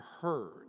heard